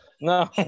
No